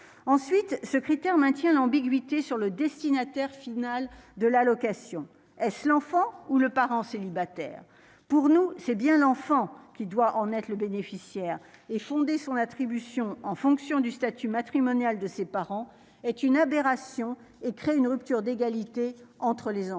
ensuite secrétaire maintient l'ambiguïté sur le destinataire final de l'allocation est l'enfant ou le parent célibataire pour nous, c'est bien l'enfant qui doit en être le bénéficiaire et fonder son attribution en fonction du statut matrimonial de ses parents est une aberration et créent une rupture d'égalité entre les enfants,